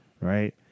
right